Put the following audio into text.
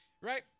right